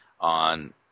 on